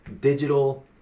digital